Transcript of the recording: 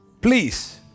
Please